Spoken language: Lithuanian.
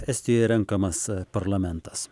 estijoj renkamas parlamentas